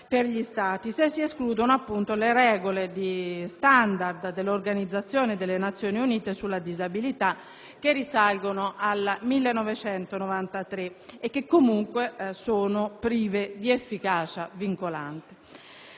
per gli Stati, se si escludono appunto le Regole standard dell'organizzazione delle Nazioni Unite sulla disabilità, che risalgono al 1993 e che comunque sono prive di efficacia vincolante.